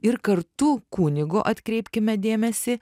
ir kartu kunigo atkreipkime dėmesį